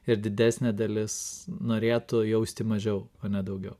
ir didesnė dalis norėtų jausti mažiau o ne daugiau